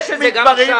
אין כזה נוהל בוועדה,